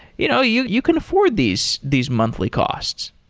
you know you you can afford these these monthly costs